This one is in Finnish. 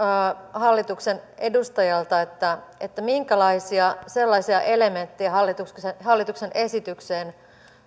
hallituksen edustajalta minkälaisia sellaisia elementtejä hallituksen esitykseen